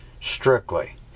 strictly